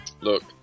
look